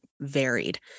varied